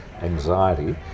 anxiety